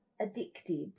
addicted